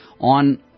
on